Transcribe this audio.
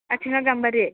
आथिङा गाम्बारि